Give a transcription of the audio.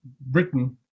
Britain